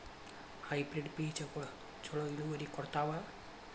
Hybrid ಬೇಜಗೊಳು ಛಲೋ ಇಳುವರಿ ಕೊಡ್ತಾವ?